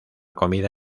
comida